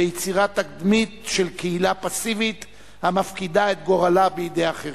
ביצירת תדמית של קהילה פסיבית המפקידה את גורלה בידי אחרים.